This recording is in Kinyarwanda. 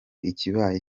ikibaye